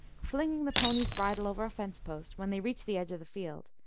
flinging the pony's bridle over a fence-post, when they reached the edge of the field,